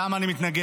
למה אני מתנגד: